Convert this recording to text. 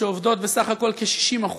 שעובדות בסך הכול כ-60%,